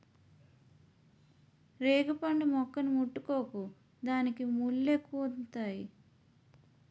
రేగుపండు మొక్కని ముట్టుకోకు దానికి ముల్లెక్కువుంతాయి